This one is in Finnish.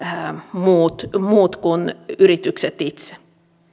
muut kuin yritykset itse